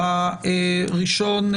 הראשון,